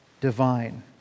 divine